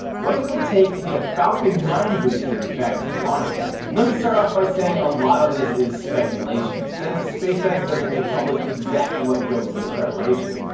what does it take to get a falcon nine booster back to the launch pad? let me start off by saying a lot of this is speculation since spacex doesn't make public exactly what goes into preparation,